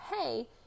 hey